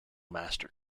master